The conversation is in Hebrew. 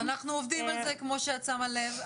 אז אנחנו עובדים על זה כמו שאת שמה לב.